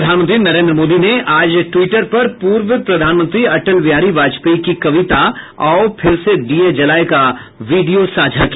प्रधानमंत्री नरेन्द्र मोदी ने आज ट्वीटर पर पूर्व प्रधानमंत्री अटल बिहारी बाजपेयी की कविता आओ फिर से दीये जलाएं का वीडियो साझा किया